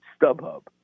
StubHub